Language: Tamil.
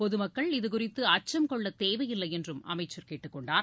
பொதுமக்கள் இதுகுறித்து அச்சம் கொள்ளத் தேவையில்லை என்றும் அமைச்சர் கேட்டுக் கொண்டார்